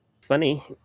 funny